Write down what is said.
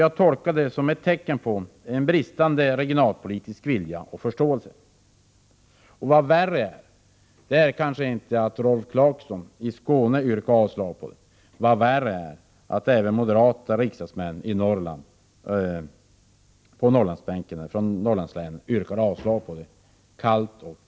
Det tolkar jag som ett tecken på bristande regionalpolitisk vilja och förståelse. Vad som är värre är kanske inte att Rolf Clarkson i Skåne yrkar avslag på detta stöd, utan det är att även moderata riksdagsmän på Norrlandsbänken kallt och brutalt yrkar avslag på stödet.